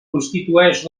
constituïx